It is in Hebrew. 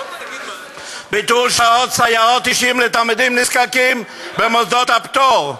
ביטול שעות סייעות אישית לתלמידים נזקקים במוסדות הפטור,